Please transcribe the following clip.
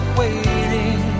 waiting